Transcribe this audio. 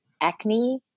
acne